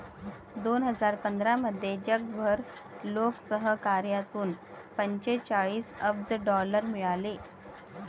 दोन हजार पंधरामध्ये जगभर लोकसहकार्यातून पंचेचाळीस अब्ज डॉलर मिळाले